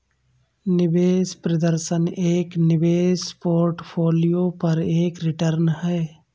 निवेश प्रदर्शन एक निवेश पोर्टफोलियो पर एक रिटर्न है